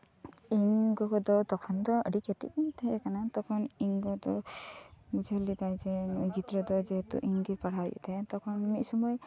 ᱤᱧ ᱜᱚᱜᱚ ᱫᱚ ᱛᱚᱷᱚᱱ ᱟᱹᱰᱤ ᱠᱟᱹᱴᱤᱡ ᱤᱧ ᱛᱟᱸᱦᱮ ᱠᱟᱱᱟ ᱛᱚᱠᱷᱚᱱ ᱤᱧ ᱜᱚᱜᱚ ᱫᱚ ᱵᱩᱡᱷᱟᱹᱣ ᱞᱮᱫᱟᱭ ᱡᱮ ᱜᱤᱫᱨᱟᱹ ᱫᱚ ᱤᱧ ᱜᱮ ᱯᱟᱲᱦᱟᱣ ᱦᱩᱭᱩᱜ ᱛᱟᱭᱟ ᱛᱚᱠᱷᱚᱱ ᱢᱤᱫ ᱥᱚᱢᱚᱭ